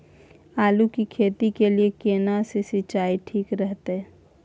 आलू की खेती के लिये केना सी सिंचाई ठीक रहतै?